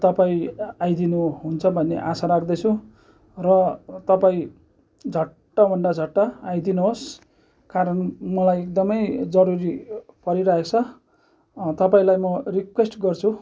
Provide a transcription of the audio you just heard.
तपाईँ आइदिनुहुन्छ भन्ने आशा राख्दछु र तपाईँ झट्टभन्दा झट्ट आइदिनुहोस् कारण मलाई एकदमै जरुरी परिरहेको छ तपाईँलाई म रिक्वेस्ट गर्छु